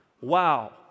Wow